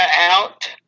out